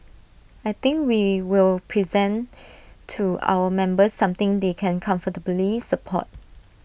I think we will present to our members something they can comfortably support